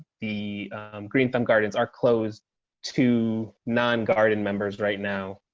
the green thumb gardens are close to non garden members right now.